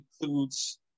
includes